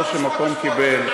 מיקי,